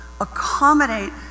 accommodate